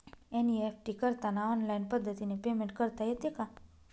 NEFT करताना online पद्धतीने payment करता येते का?